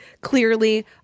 clearly